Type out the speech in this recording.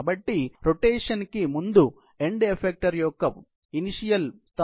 కాబట్టి రొటేషన్ కి ముందు ఎండ్ ఎఫెక్టర్ యొక్క ప్రారంభ స్థానం 5 2 4 1